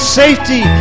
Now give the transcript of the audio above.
safety